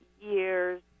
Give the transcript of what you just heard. years